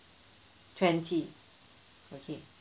twenty okay